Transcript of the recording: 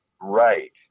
Right